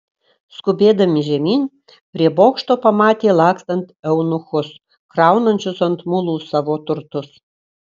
skubėdami žemyn prie bokšto pamatė lakstant eunuchus kraunančius ant mulų savo turtus